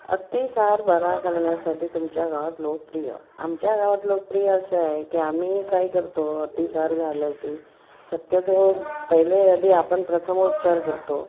अतिसार बरा करण्यासाठी तुमच्या गावात लोकप्रिय आमच्या गावात लोकप्रिय असं आहे की आम्ही काय करतो अतिसार झालं की शक्यतो पहिले आधी आपण प्रथमोपचार करतो